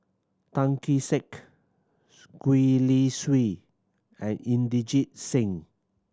Tan Kee Sek Gwee Li Sui and Inderjit Singh